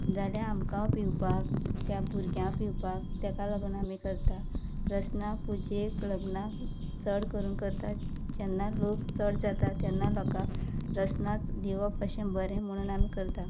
जाल्या आमकां पिवपाक भुरग्यां पिवपाक ताका लागून आमी करता रसना पुजेक लग्नाक चड करून करता जेन्ना लोक चड जाता तेन्ना लोकांक रसनाच दिवप अशें बरें म्हणून आमी करता